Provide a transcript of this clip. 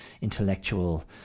intellectual